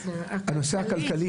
אז אני